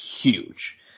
huge